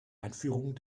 einführung